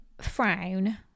frown